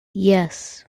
yes